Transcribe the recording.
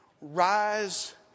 rise